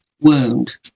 wound